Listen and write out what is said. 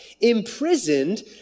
imprisoned